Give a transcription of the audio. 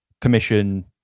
commission